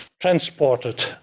transported